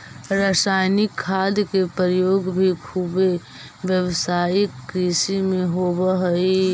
रसायनिक खाद के प्रयोग भी खुबे व्यावसायिक कृषि में होवऽ हई